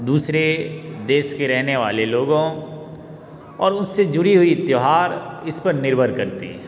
दूसरे देश के रहने वाले लोगों और उनसे जुड़ी हुई त्यौहार इस पर निर्भर करती हैं